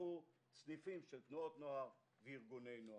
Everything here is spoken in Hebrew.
נפתחו סניפים של תנועות נוער וארגוני נוער.